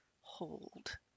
Hold